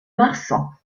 marsan